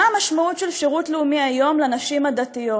מה המשמעות של שירות לאומי היום לנשים הדתיות.